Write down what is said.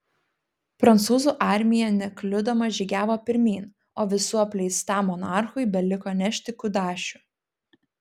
prancūzų armija nekliudoma žygiavo pirmyn o visų apleistam monarchui beliko nešti kudašių